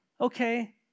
okay